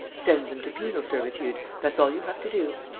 send them to penal servitude that's all you have to do.